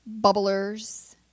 bubblers